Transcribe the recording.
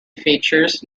features